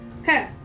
okay